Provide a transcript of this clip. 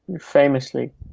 famously